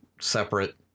separate